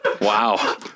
Wow